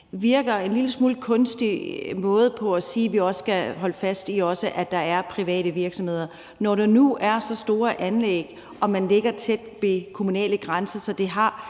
virker som en lille smule kunstig måde at sige, at vi også skal holde fast i, at der er private virksomheder, når der nu er så store anlæg og man ligger tæt ved kommunale grænser, så det